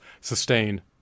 sustain